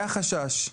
זה החשש.